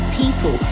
people